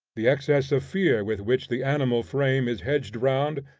the excess of fear with which the animal frame is hedged round,